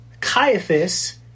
Caiaphas